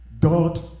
God